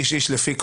איש איש לפי כבודו.